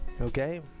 Okay